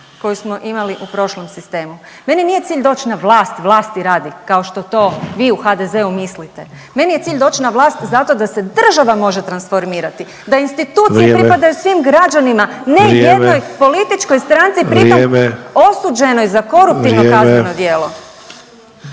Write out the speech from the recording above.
koju smo imali u prošlom sistemu. Meni nije cilj doći na vlasti, vlati radi kao što to vi u HDZ-u mislite. Meni je cilj doći na vlast zato da se država može transformirati, da institucije …/Upadica: Vrijeme./… svim građanima ne jednoj …/Upadica: Vrijeme./… političkoj